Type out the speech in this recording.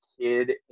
kid